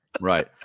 right